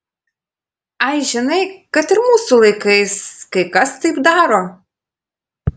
ai žinai kad ir mūsų laikais kai kas taip daro